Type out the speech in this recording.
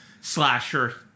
slasher